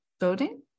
voting